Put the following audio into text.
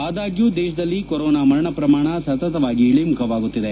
ಆದಾಗ್ಯೂ ದೇಶದಲ್ಲಿ ಕೊರೋನಾ ಮರಣ ಪ್ರಮಾಣ ಸತತವಾಗಿ ಇಳಮುಖವಾಗುತ್ತಿದೆ